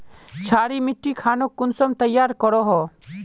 क्षारी मिट्टी खानोक कुंसम तैयार करोहो?